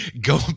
go